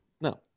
No